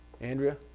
Andrea